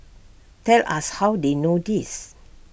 tell us how they know this